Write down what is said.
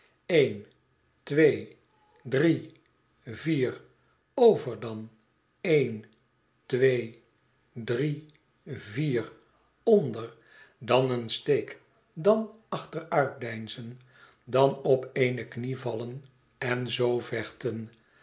een twee drie vier over dan een twee drie vier onder dan een steek dan achteruitdemzen dan op eene knie vallen en zoo vechten